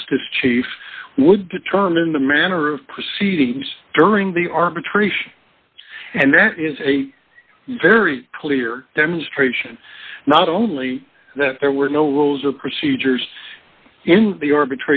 justice chief would determine the manner of proceedings during the arbitration and that is a very clear demonstration not only that there were no rules or procedures in the ar